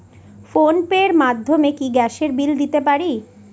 Phone pay র মাধ্যমে কি গ্যাসের বিল দিতে পারি?